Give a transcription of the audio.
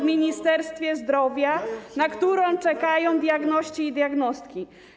w Ministerstwie Zdrowia, na którą czekają diagności i diagnostki.